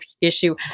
issue